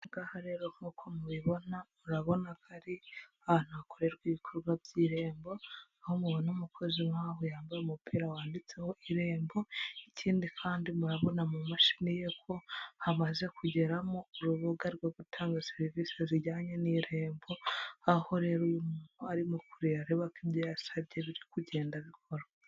Aha ngaha rero nk'uko mubibona, murabona ko ari ahantu hakorerwa ibikorwa by'irembo, aho mubona umukozi waho yambaye umupira wanditseho irembo, ikindi kandi murabona mu mashini ye ko hamaze kugeramo urubuga rwo gutanga serivisi zijyanye n'irembo, aho rero uyu muntu arimo kureba areba ko ibyo yasabye birimo kugenda bikora.